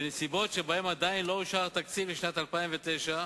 בנסיבות שעדיין לא אושר תקציב לשנת 2009,